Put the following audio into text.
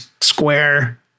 square